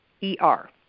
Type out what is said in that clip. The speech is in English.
E-R